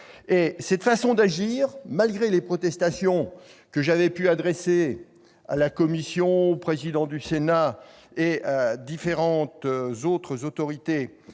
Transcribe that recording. Cette façon d'agir, malgré les protestations que j'avais pu adresser à la commission des affaires étrangères, au président du Sénat et à différentes autres autorités